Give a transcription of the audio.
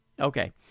Okay